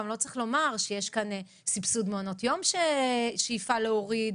גם לא צריך לומר שיש כאן סבסוד מעונות יום שיש שאיפה להוריד